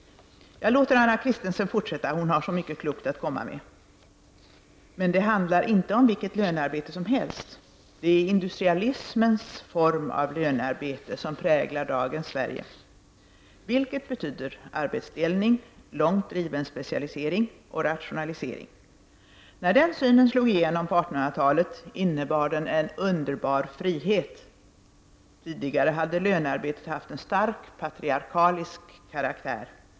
Jag låter Anna Christensen fortsätta; hon har så mycket klokt att komma med: ”Men det handlar inte om vilket lönearbete som helst. Det är industrialismens form av lönearbete som präglar dagens Sverige. Vilket betyder arbetsdelning, långt driven specialisering och rationalisering. När den synen slog igenom på 1800-talet innebar den en underbar frihet. Tidigare hade lönearbetet haft en stark patriarkalisk karaktär.